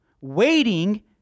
Waiting